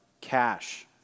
cash